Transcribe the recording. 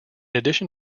addition